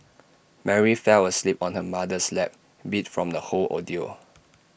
Mary fell asleep on her mother's lap beat from the whole ordeal